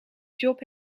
job